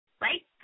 right